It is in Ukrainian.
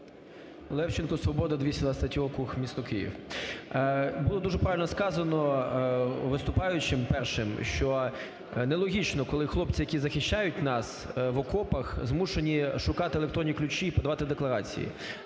Левченко, "Свобода", 223 округ, місто Київ. Було дуже правильно сказано виступаючим першим, що нелогічно, коли хлопці, які захищають нас в окопах, змушені шукати електронні ключі і подавати декларації.